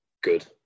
good